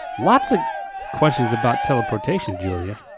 lots of questions about teleportation julia,